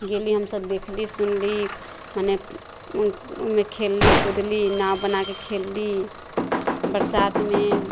गेली हमसब देख़ली सुनली मने ओहिमे खेलली कूदली नाव बनाके खेलली बरसात मे